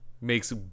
makes